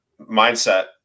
mindset